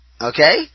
Okay